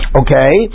okay